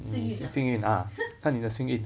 幸运 ah